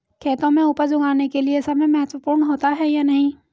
खेतों में उपज उगाने के लिये समय महत्वपूर्ण होता है या नहीं?